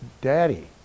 daddy